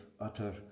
utter